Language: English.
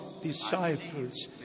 disciples